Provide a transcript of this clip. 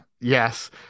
Yes